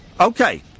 Okay